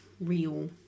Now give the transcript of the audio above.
real